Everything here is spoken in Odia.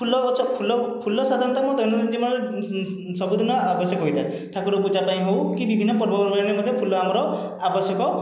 ଫୁଲ ଗଛ ଫୁଲ ଫୁଲ ସାଧାରଣତଃ ଆମ ଦୈନନ୍ଦିନ ଜୀବନରେ ସବୁଦିନ ଆବଶ୍ୟକ ହୋଇଥାଏ ଠାକୁର ପୂଜା ପାଇଁ ହେଉ କି ବିଭିନ୍ନ ପର୍ବପର୍ବାଣୀରେ ମଧ୍ୟ ଫୁଲ ଆମର ଆବଶ୍ୟକ